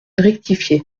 rectifié